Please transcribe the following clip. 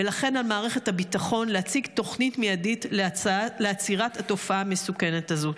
ולכן על מערכת הביטחון להציג תוכנית מיידית לעצירת התופעה המסוכנת הזו.